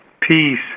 peace